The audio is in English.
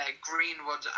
Greenwood